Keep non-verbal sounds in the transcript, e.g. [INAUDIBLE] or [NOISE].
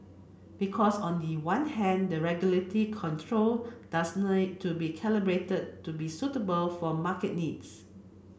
because on the one hand the regulatory control does [UNINTELLIGIBLE] to be calibrated to be suitable for market needs